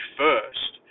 first